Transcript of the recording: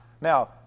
now